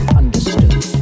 understood